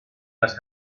las